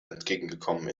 entgegenkommen